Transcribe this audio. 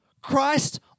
Christ